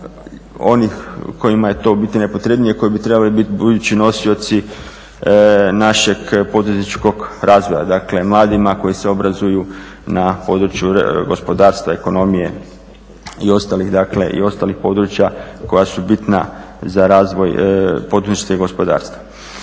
onih kojima je to u biti najpotrebnije, koji bi trebali biti budući nosioci našeg poduzetničkog razvoja. Dakle, mladima koji se obrazuju na području gospodarstva, ekonomije i ostalih područja koja su bitna za razvoj poduzetništva i gospodarstva.